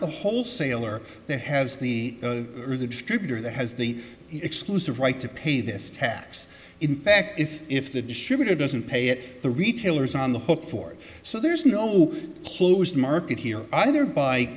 the whole sale or the has the or the distributor that has the exclusive right to pay this tax in fact if if the distributor doesn't pay it the retailers on the hook for so there's no closed market here either by